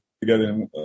together